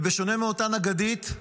ובשונה מאותה נגדת,